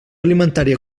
alimentària